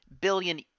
billion